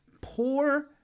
poor